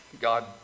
God